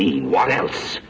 mean what else